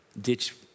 ditch